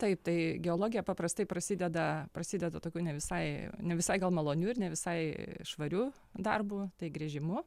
taip tai geologija paprastai prasideda prasideda tokiu ne visai ne visai gal maloniu ir ne visai švariu darbu tai gręžimu